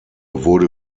wurde